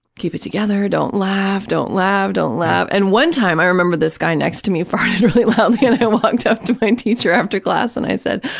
keep it together, don't laugh, don't laugh, don't laugh. and one time i remember this guy next to me farted really loudly and i walked up to my teacher after class and i said,